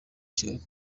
kigali